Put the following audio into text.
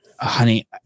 honey